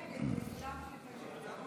לא נתקבלה.